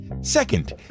Second